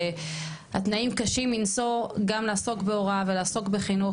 שהתנאים קשים מנשוא גם לעסוק בהוראה ולעסוק בחינוך,